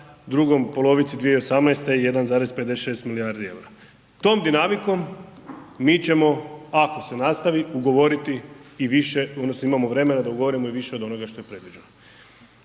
drugoj polovici 2018. 1,56 milijardi eura. Tom dinamikom mi ćemo, ako se nastavi ugovoriti i više, odnosno imamo vremena da ugovorimo i više od onoga što je predviđeno.